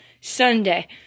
Sunday